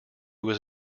was